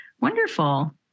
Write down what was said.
wonderful